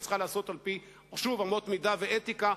היא צריכה להיעשות על-פי אמות מידה ואתיקה.